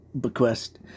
bequest